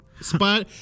spot